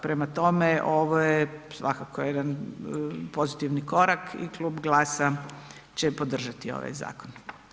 Prema tome, ovo je svakako jedan pozitivan korak i Klub GLAS-a će podržati ovaj zakon.